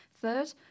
Third